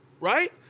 right